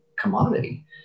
commodity